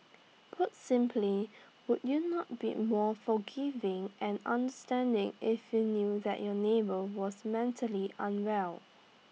put simply would you not be more forgiving and understanding if you knew that your neighbour was mentally unwell